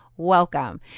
welcome